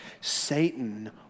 Satan